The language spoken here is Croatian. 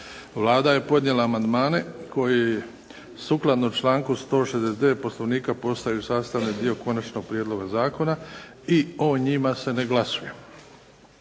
Vlada je podnijela amandmane koji sukladno članku 169. Poslovnika postaju sastavni dio prijedloga zakona i o njima se ne glasuje.